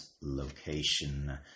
location